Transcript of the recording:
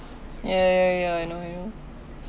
ya ya ya I know I know